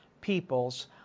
peoples